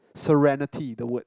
serenity the world